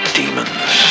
demons